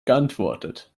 geantwortet